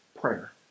prayer